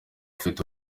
kabiri